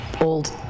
old